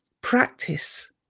practice